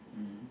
mm